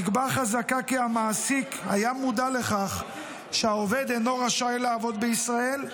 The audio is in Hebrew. תיקבע חזקה כי המעסיק היה מודע לכך שהעובד אינו רשאי לעבוד בישראל,